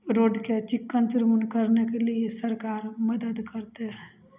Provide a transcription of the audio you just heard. रोडके चिक्कन चुनमुन करैकेलिए ही सरकार मदति करिते हइ